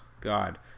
God